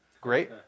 Great